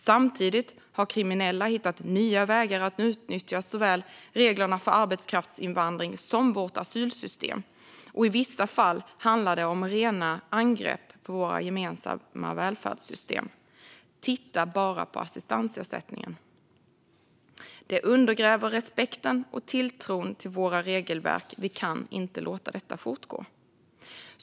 Samtidigt har kriminella hittat nya vägar att utnyttja såväl reglerna för arbetskraftsinvandring som vårt asylsystem, och i vissa fall handlar det om rena angrepp på våra gemensamma välfärdssystem. Titta bara på assistansersättningen! Det undergräver respekten för och tilltron till våra regelverk. Vi kan inte låta detta fortgå.